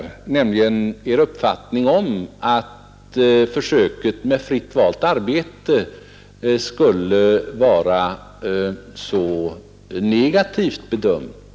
Den första var Er uppfattning att försöket med fritt valt arbete skulle vara så negativt bedömt.